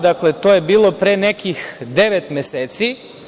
Dakle, to je bilo pre nekih devet meseci.